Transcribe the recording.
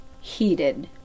heated